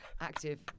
active